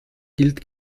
gilt